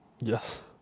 yes